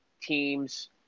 teams –